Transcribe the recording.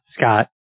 Scott